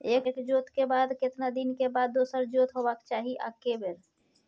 एक जोत के बाद केतना दिन के बाद दोसर जोत होबाक चाही आ के बेर?